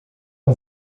com